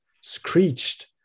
screeched